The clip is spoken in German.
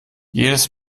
jedes